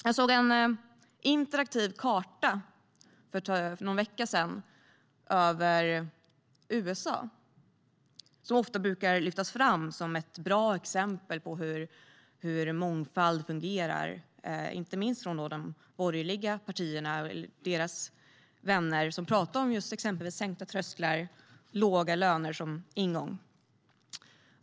För någon vecka sedan såg jag en interaktiv karta över USA, som ofta brukar lyftas fram som ett bra exempel på hur mångfald fungerar, inte minst av de borgerliga partierna och deras vänner, som pratar om just exempelvis sänkta trösklar och låga löner som ingång.